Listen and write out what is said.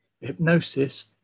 hypnosis